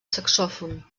saxòfon